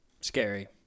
Scary